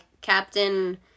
Captain